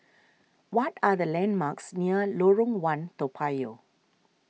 what are the landmarks near Lorong one Toa Payoh